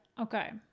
Okay